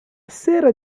cera